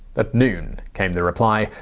at noon, came the reply,